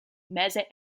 meze